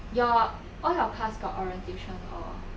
your all your class got orientation or